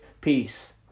peace